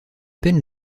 peine